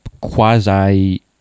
quasi